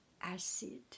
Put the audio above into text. acid